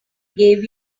gave